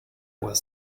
was